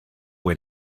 way